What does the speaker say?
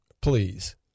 please